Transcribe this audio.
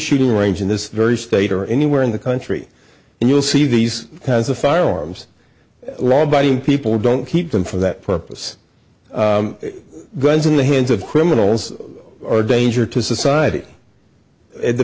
shooting range in this very state or anywhere in the country and you'll see these kinds of firearms law abiding people don't keep them for that purpose guns in the hands of criminals are a danger to society at the